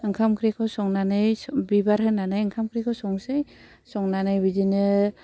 ओंखाम ओंख्रिखौ संनानै बिबार होनानै ओंखाम ओंख्रिखौ संसै संनानै बिदिनो